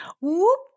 Whoop